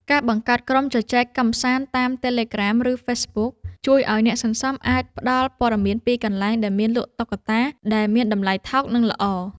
ការបង្កើតក្រុមជជែកកម្សាន្តតាម តេឡេក្រាម ឬហ្វេសប៊ុក ជួយឱ្យអ្នកសន្សំអាចផ្ដល់ព័ត៌មានពីកន្លែងដែលមានលក់តុក្កតាដែលមានតម្លៃថោកនិងល្អ។